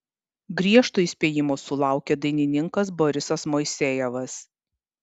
griežto įspėjimo sulaukė dainininkas borisas moisejevas